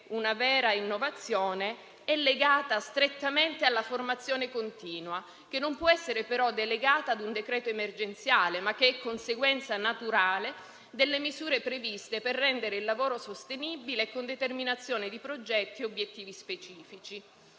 una vera innovazione è legata strettamente alla formazione continua, che non può essere però delegata a un decreto emergenziale, ma è conseguenza naturale delle misure previste per rendere il lavoro sostenibile con determinazione di progetti e obiettivi specifici.